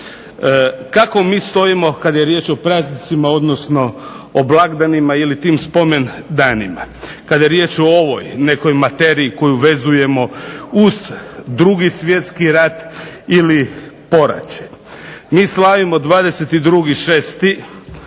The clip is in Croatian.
Kako mi stojimo kada je riječ o praznicima ili o blagdanima, ili o spomendanima. Kada je riječ o ovoj nekoj materiji koju vezujemo uz 2. Svjetski rat ili poraće. MI slavimo 22. 6.